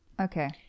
Okay